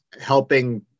helping